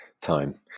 time